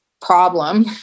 problem